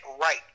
right